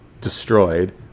destroyed